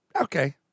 okay